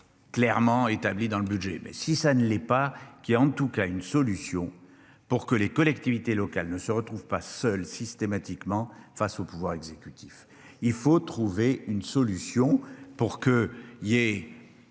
Clairement établie dans le budget, mais si ça ne l'est pas, qui a en tout cas une solution pour que les collectivités locales ne se retrouve pas seule systématiquement face au pouvoir exécutif. Il faut trouver une solution pour que il y ait.